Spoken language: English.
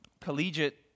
collegiate